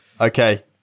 Okay